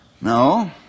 No